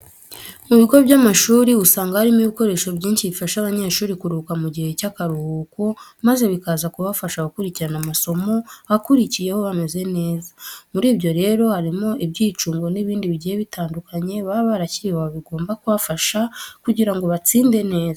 Mu bigo by'amashuri usanga harimo ibikoresho byinshi bifasha abanyeshuri kuruhuka mu gihe cy'akaruhuko maze bikaza kubafasha gukurikira amasomo akurikiyeho bameze neza. Muri byo rero harimo ibyicungo n'ibindi bigiye bitandukanye baba barashyiriweho bigomba kubafasha kugira ngo batsinde neza.